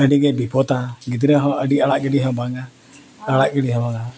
ᱟᱹᱰᱤ ᱜᱮ ᱵᱤᱯᱚᱫᱟ ᱜᱤᱫᱽᱨᱟᱹ ᱦᱚᱸ ᱟᱹᱰᱤ ᱟᱲᱟᱜ ᱜᱤᱰᱤ ᱦᱚᱸ ᱵᱟᱝᱟ ᱟᱲᱟᱜ ᱜᱤᱰᱤ ᱦᱚᱸ ᱵᱟᱝᱟ